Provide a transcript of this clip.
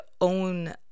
own